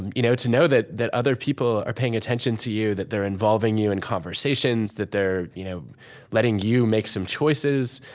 you know to know that that other people are paying attention to you, that they're involving you in conversations, that they're you know letting you make some choices,